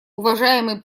уважаемый